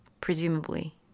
presumably